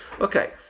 okay